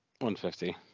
150